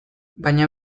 baina